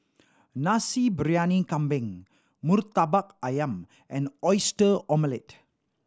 Nasi Briyani Kambing Murtabak Ayam and Oyster Omelette